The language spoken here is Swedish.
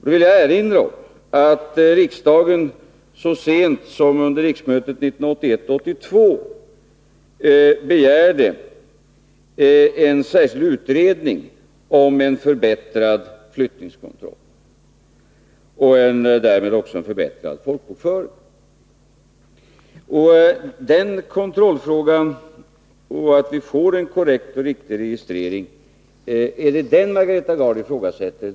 Då vill jag erinra om att riksdagen så sent som under riksmötet 1981/82 begärde en särskild utredning om en förbättrad flyttningskontroll och därmed också en förbättrad folkbokföring. Är det den kontrollen — att vi får en korrekt och riktig registrering — som Margareta Gard ifrågasätter?